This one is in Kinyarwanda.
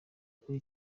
kuri